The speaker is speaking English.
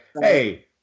hey